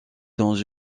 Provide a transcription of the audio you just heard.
dans